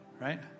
right